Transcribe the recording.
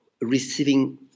receiving